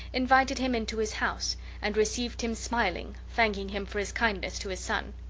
invited him into his house and received him smiling, thanking him for his kindness to his son.